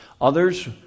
Others